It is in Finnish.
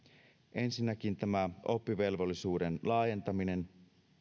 ensinnäkin on tämä oppivelvollisuuden laajentaminen